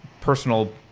personal